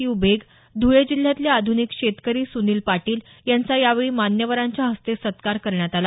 you बेग धूळे जिल्ह्यातले आधूनिक शेतकरी सुनिल पाटील यांचा यावेळी मान्यवरांच्या हस्ते सत्कार करण्यात आला